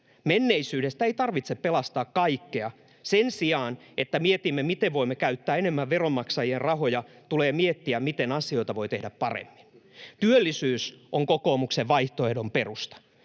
Menneisyydestä ei tarvitse pelastaa kaikkea. Sen sijaan että mietimme, miten voimme käyttää enemmän veronmaksajien rahoja, tulee miettiä, miten asioita voi tehdä paremmin. Työllisyys on kokoomuksen vaihtoehdon perusta.